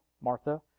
Martha